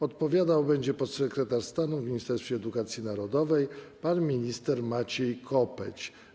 Odpowiadał będzie podsekretarz stanu w Ministerstwie Edukacji Narodowej pan minister Maciej Kopeć.